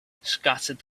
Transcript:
scattered